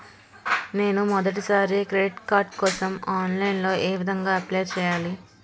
నేను మొదటిసారి credit card కోసం ఆన్లైన్ లో ఏ విధంగా అప్లై చేయాలి?